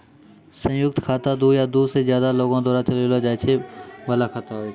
संयुक्त खाता दु या दु से ज्यादे लोगो द्वारा चलैलो जाय बाला खाता होय छै